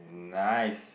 nice